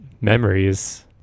memories